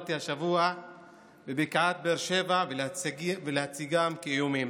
שאמרתי השבוע בבקעת באר שבע ולהציגם כאיומים.